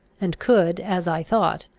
and could, as i thought,